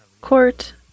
court